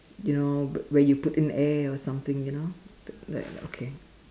you know when you put in air or something you know but then okay